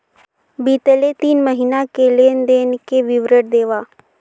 बितले तीन महीना के लेन देन के विवरण देवा?